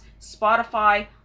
Spotify